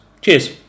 Cheers